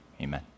Amen